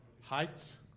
Heights